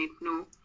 no